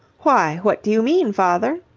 why, what do you mean, father?